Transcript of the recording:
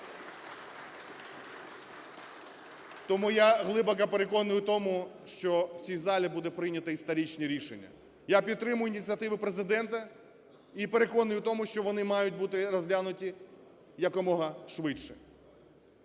Тому я глибоко переконаний в тому, що в цій залі будуть прийняті історичні рішення. Я підтримую ініціативу Президента і переконую в тому, що вони мають бути розглянуті якомога швидше.